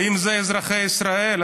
האם אלה אזרחי ישראל?